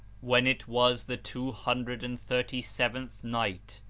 when it was the two hundred and thirty-seventh night,